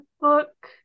book